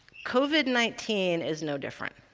covid nineteen is no different.